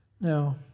Now